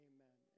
Amen